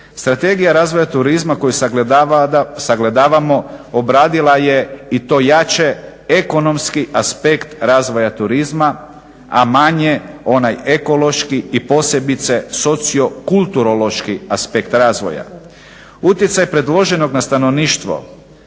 Strategija razvoja turizma koju sagledavamo obradila je i to jače ekonomski aspekt razvoja turizma a manje onaj ekološki i posebice sociokulturološki aspekt razvoja. Utjecaj predloženog na stanovništvo,